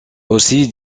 aussi